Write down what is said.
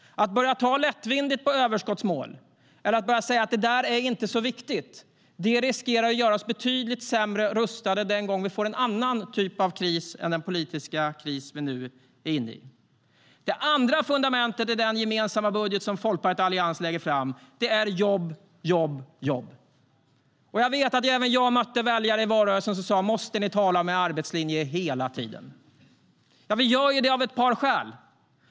Att börja ta lättvindigt på överskottsmål eller att börja säga att det inte är så viktigt riskerar att göra oss betydligt sämre rustade den gång vi får en annan typ av kris än den politiska kris vi nu är inne i.Ja, vi gör det av ett par skäl.